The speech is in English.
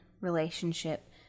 relationship